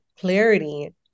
clarity